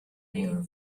your